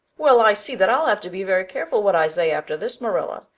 well, i see that i'll have to be very careful what i say after this, marilla,